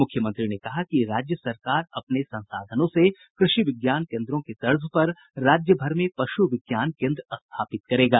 मुख्यमंत्री ने कहा कि राज्य सरकार अपने संसाधनों से कृषि विज्ञान केन्द्रों की तर्ज पर राज्य भर में पशु विज्ञान केन्द्र स्थापित करेगा